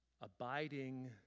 abiding